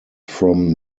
from